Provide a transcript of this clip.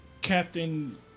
Captain